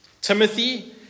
Timothy